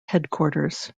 headquarters